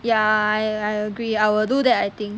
ya I agree I will do that I think